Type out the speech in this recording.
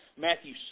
Matthew